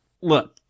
look